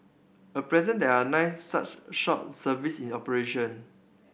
at present there are nine such short service in operation